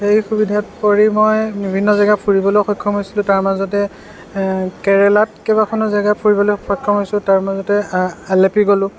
সেই সুবিধাত পৰি মই বিভিন্ন জেগা ফুৰিবলৈ সক্ষম হৈছিলোঁ তাৰ মাজতে কেৰেলাত কেইবাখনো জেগা ফুৰিবলৈ সক্ষম হৈছিলোঁ তাৰ মাজতে আলাপী গ'লো